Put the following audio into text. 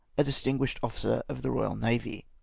a distinguished officer of the eoyal navy.